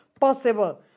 possible